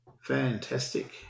Fantastic